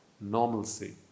normalcy